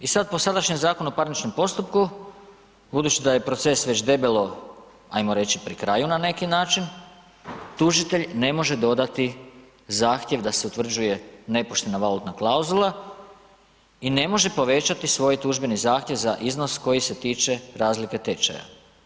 I sad po sadašnjem ZPP-u, budući da je proces već debelo ajmo reći pri kraju na neki način, tužitelj ne može dodati zahtjev da se utvrđuje nepoštena valutna klauzula i ne može povećati svoj tužbeni zahtjev za iznos koji se tiče razlike tečaja.